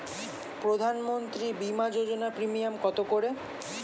প্রধানমন্ত্রী বিমা যোজনা প্রিমিয়াম কত করে?